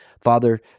father